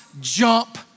jump